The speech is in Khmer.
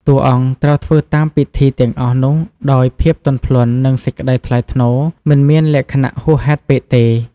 តួអង្គត្រូវធ្វើតាមពិធីទាំងអស់នោះដោយភាពទន់ភ្លន់ និងសេចក្តីថ្លៃថ្នូរ មិនមានលក្ខណៈហួសហេតុពេកទេ។